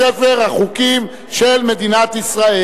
עבר בקריאה שלישית וייכנס לספר החוקים של מדינת ישראל.